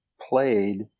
played